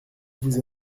vous